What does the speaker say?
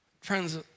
Friends